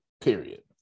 Period